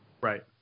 Right